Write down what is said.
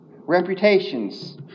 reputations